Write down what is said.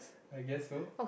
I guess so